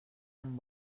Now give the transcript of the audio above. amb